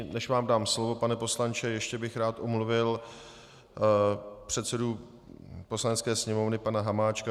Než vám dám slovo, pane poslanče, ještě bych rád omluvil předsedu Poslanecké sněmovny pana Hamáčka.